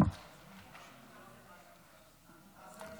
כנוסח הוועדה.